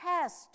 test